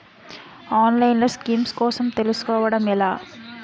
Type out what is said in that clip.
ఆన్లైన్లో స్కీమ్స్ కోసం తెలుసుకోవడం ఎలా?